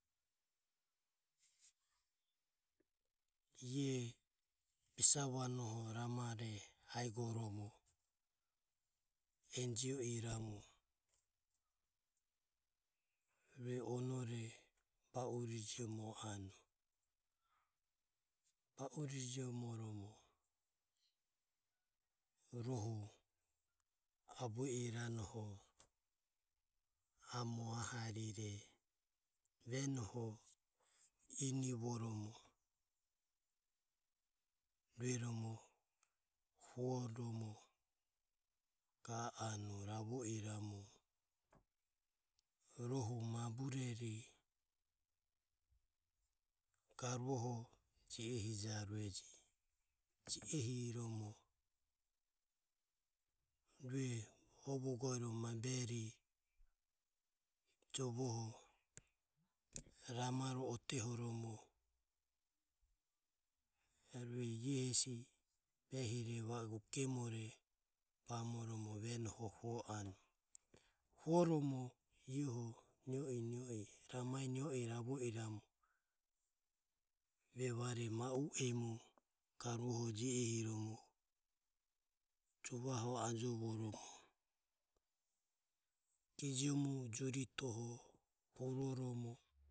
Iae bisavanoho ramare igoromo enjio iramu rue onore ba urijiomo anue. Ba urijiomo rohu abue iranoho amo ahaire venoho inivoromo rueromo huoromo ga anue ravo iramu rohu mabureri garuoho ji e hijaureje. Ji e hiromo rue ovo goero ma bureri jovoho ramare otehoromo rue ie hesi behire va o gemore bamoromo venoho huo anue. Huoromo ieho rama nio i nio i ravo iramu vevare ma u emu garuho ji e hiromo juvaho ajovoromo, gejomu juritoho huroromo.